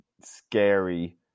scary